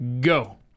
Go